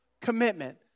commitment